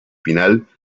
final